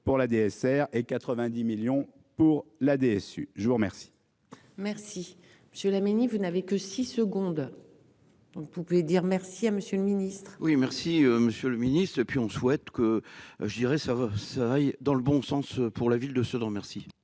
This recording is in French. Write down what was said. pour la DSR et 90 millions pour la DSU, je vous remercie. Merci monsieur Laménie vous n'avez que 6 secondes. Vous pouvez dire merci à monsieur le ministre. Oui, merci Monsieur le Ministre, depuis on souhaite que je dirais ça va ça aille dans le bon sens pour la ville de Sedan, merci.